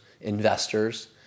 investors